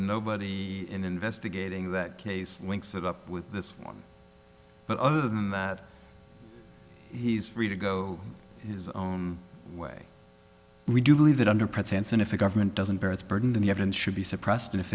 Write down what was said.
nobody investigating that case links it up with this one but other than that he's free to go his own way we do believe that under pretense and if the government doesn't bear its burden the evidence should be suppressed and if